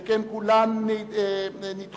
שכן כולן נדחו.